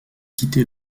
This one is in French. quitté